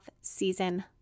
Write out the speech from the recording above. season